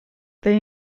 they